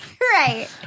Right